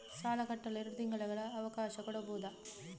ಸಾಲ ಕಟ್ಟಲು ಎರಡು ತಿಂಗಳ ಅವಕಾಶ ಕೊಡಬಹುದಾ?